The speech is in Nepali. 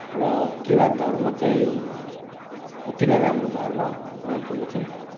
र किराँत धर्म चाहिँ अति नै राम्रो धर्म मान्छु म चाहिँ